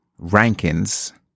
rankings